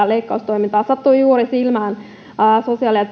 leikkaustoimintaa sattui juuri silmään sosiaali ja